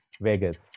Vegas